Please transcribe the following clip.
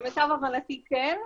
למיטב הבנתי, כן.